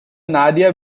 nadia